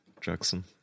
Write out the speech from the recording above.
Jackson